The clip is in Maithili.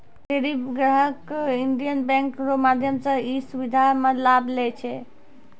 ढेरी ग्राहक इन्डियन बैंक रो माध्यम से ई सुविधा के लाभ लै छै